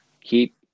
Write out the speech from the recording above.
keep